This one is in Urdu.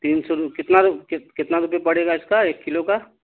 تین سو کتنا کتنا روپئے پڑے گا اس کا ایک کلو کا